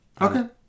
okay